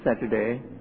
Saturday